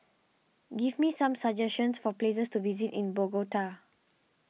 give me some suggestions for places to visit in Bogota